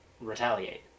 retaliate